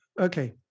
okay